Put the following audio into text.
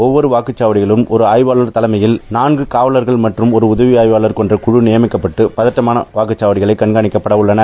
ஒவ்வொரு வாக்குச்சாவடியிலும் ஒரு ஆய்வாளர் தலைமையில் நான்கு காவலர்கள் மற்றும் ஒரு உதவி ஆய்வாளர் கொண்ட குழு நியமிக்கப்பட்டு பதற்றமான வாக்குச்சாவடிகளை கண்காணிக்கப்படவுள்ளன